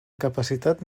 capacitat